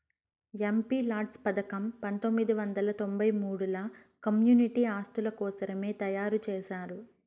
MPLADS పథకం పంతొమ్మిది వందల తొంబై మూడుల కమ్యూనిటీ ఆస్తుల కోసరమే తయారు చేశారు